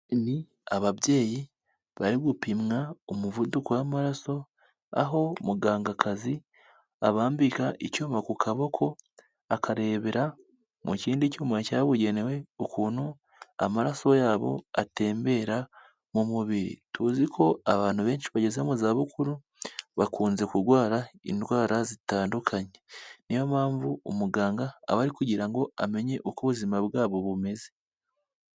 Ni ababyeyi bari gupimwa umuvuduko w'amaraso, aho umugangakazi abambika icyuma ku kaboko, akarebera mu kindi cyuma cyabugenewe ukuntu amaraso yabo atembera mu mubiri. Tuzi ko abantu benshi bageze mu za bukuru bakunze kurwara indwara zitandukanye. Niyo mpamvu umuganga aba ari kugira ngo amenye uko ubuzima bwabo bumeze.